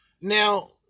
Now